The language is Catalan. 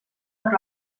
per